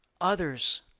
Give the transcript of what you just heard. others